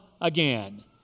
again